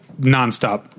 nonstop